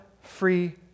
free